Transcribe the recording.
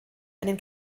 einen